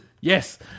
yes